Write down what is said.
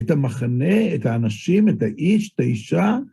את המחנה, את האנשים, את האיש, את האישה.